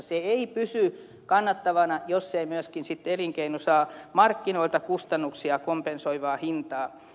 se ei pysy kannattavana jos ei myöskin elinkeino saa markkinoilta kustannuksia kompensoivaa hintaa